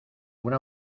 una